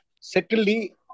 Secondly